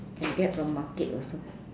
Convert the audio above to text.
can get from market also